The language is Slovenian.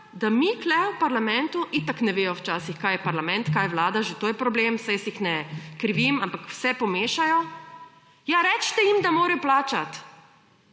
da mi tukaj v parlamentu itak ne vedo včasih kaj je parlament kaj je Vlada že to je problem saj jaz jih ne krivim, ampak vse pomešajo ja recite jim, da morajo plačati.